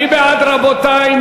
מי בעד, רבותי?